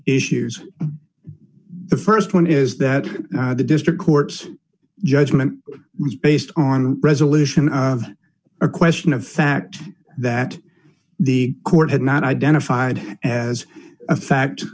issues the st one is that the district court judgment was based on resolution of a question of fact that the court had not identified as a fact